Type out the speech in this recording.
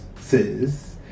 says